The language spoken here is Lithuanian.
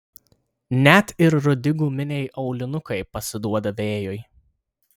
net ir rudi guminiai aulinukai pasiduoda vėjui